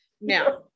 Now